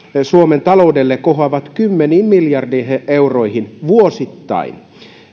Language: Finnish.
suomen taloudelle kohoavat kymmeniin miljardeihin euroihin vuosittain